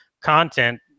content